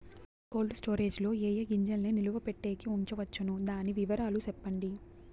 Cold storage లో ఏ ఏ గింజల్ని నిలువ పెట్టేకి ఉంచవచ్చును? దాని వివరాలు సెప్పండి?